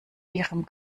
ihrem